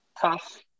tough